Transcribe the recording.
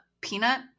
peanut